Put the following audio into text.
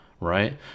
Right